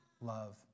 love